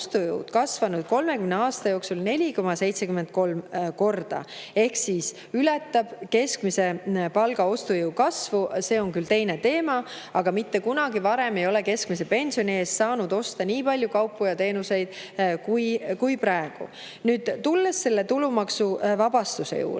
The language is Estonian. kasvanud 30 aasta jooksul 4,73 korda ja see ületab keskmise palga ostujõu kasvu. See on küll teine teema, aga mitte kunagi varem ei ole keskmise pensioni eest saanud osta nii palju kaupu ja teenuseid kui praegu. Kui tulla selle tulumaksuvabastuse juurde,